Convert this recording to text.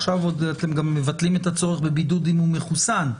עכשיו אתם גם מבטלים את הצורך בבידוד אם הוא מחוסן,